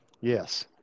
Yes